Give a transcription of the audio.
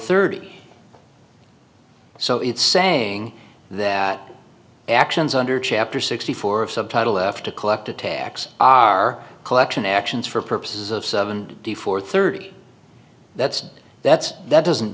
thirty so it's saying that actions under chapter sixty four of subtitle f to collect a tax are collection actions for purposes of seven d for thirty that's that's that doesn't